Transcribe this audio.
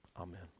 Amen